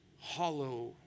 hollow